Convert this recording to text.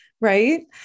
Right